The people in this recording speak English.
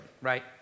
right